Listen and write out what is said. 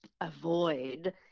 avoid